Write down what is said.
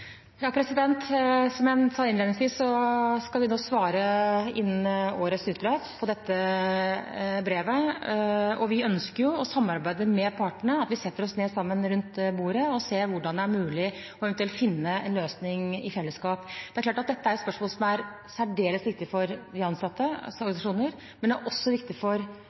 dette brevet. Vi ønsker å samarbeide med partene, at vi setter oss ned sammen rundt bordet for å se om det er mulig eventuelt å finne en løsning i fellesskap. Dette er et spørsmål som er særdeles viktig for de ansattes organisasjoner og for arbeidsgivernes organisasjoner, men det er også viktig for